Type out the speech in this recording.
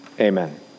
Amen